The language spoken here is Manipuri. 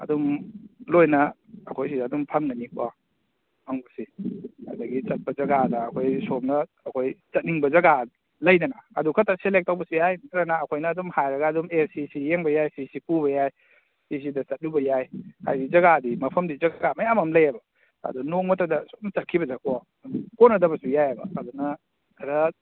ꯑꯗꯨꯝ ꯂꯣꯏꯅ ꯑꯩꯈꯣꯏ ꯁꯤꯗ ꯑꯗꯨꯝ ꯐꯪꯒꯅꯤꯀꯣ ꯐꯪꯕꯁꯤ ꯑꯗꯒꯤ ꯆꯠꯄ ꯖꯒꯥꯗ ꯑꯩꯈꯣꯏ ꯑꯁꯣꯝꯗ ꯑꯩꯈꯣꯏ ꯆꯠꯅꯤꯡꯕ ꯖꯒꯥ ꯂꯩꯗꯅ ꯑꯗꯨ ꯈꯛꯇ ꯁꯦꯂꯦꯛ ꯇꯧꯕꯁꯨ ꯌꯥꯏ ꯅꯠꯇ꯭ꯔꯒꯅ ꯑꯩꯈꯣꯏꯅ ꯑꯗꯨꯝ ꯍꯥꯏꯔꯒ ꯑꯗꯨꯝ ꯑꯦ ꯁꯤꯁꯤ ꯌꯦꯡꯕ ꯌꯥꯏ ꯁꯤꯁꯤ ꯄꯨꯕ ꯌꯥꯏ ꯁꯤꯁꯤꯗ ꯆꯠꯂꯨꯕ ꯌꯥꯏ ꯍꯥꯏꯗꯤ ꯖꯒꯥꯗꯤ ꯃꯐꯝꯗꯤ ꯖꯒꯥ ꯃꯌꯥꯝ ꯑꯃ ꯂꯩꯌꯦꯕ ꯑꯗꯣ ꯅꯣꯡꯃꯇꯗ ꯁꯨꯝ ꯆꯠꯈꯤꯕꯗꯀꯣ ꯀꯣꯟꯅꯗꯕꯁꯨ ꯌꯥꯏꯕ ꯐꯖꯟꯅ ꯈꯔ